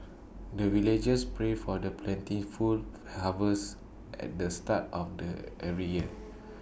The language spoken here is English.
the villagers pray for the plentiful harvest at the start of the every year